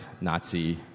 Nazi